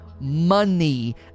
money